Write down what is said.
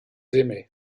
aimaient